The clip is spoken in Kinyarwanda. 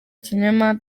ikinyoma